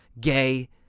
gay